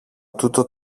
τούτο